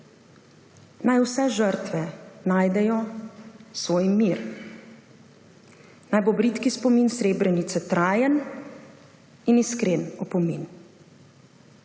Naj vse žrtve najdejo svoj mir. Naj bo bridki spomin Srebrenice trajen in iskren opomin.